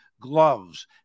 gloves